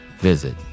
Visit